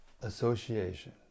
association